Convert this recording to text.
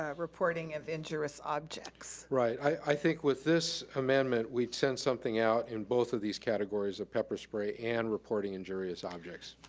ah reporting of injurious objects. right, i think with this amendment, we send something out in both of these categories, of pepper spray and reporting injurious objects.